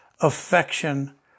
affection